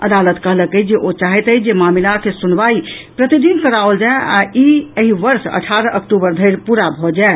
अदालत कहलक अछि जे ओ चाहैत अछि जे मामिलाक सुनवाई प्रतिदिन कराओल जाय आ ई एहि वर्ष अठारह अक्टूबर धरि पूरा भऽ जाय